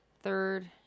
Third